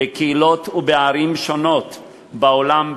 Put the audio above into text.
בקהילות ובערים שונות בעולם,